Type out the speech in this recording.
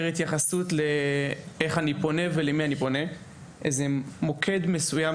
חייב לתת יותר התייחסות לאיך אני פונה ולמי אני פונה; איזה מוקד מסוים,